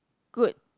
good